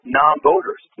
non-voters